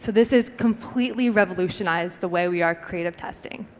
so this has completely revolutionised the way we are creative testing.